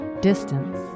distance